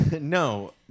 No